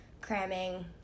cramming